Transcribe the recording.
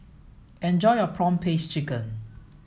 enjoy your prawn paste chicken